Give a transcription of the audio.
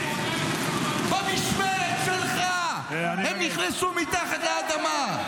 במשמרת שלך הם נכנסו מתחת לאדמה.